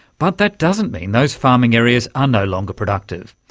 but that doesn't mean those farming areas are no longer productive,